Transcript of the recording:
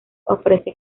ofrece